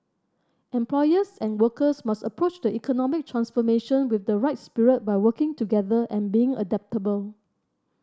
employers and workers must approach the economic transformation with the right spirit by working together and being adaptable